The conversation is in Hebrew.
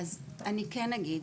אני כן אגיד,